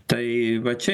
tai va čia